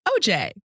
OJ